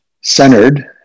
centered